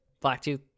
Blacktooth